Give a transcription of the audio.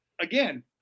again